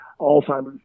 Alzheimer's